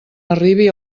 arribi